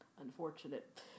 unfortunate